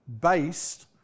based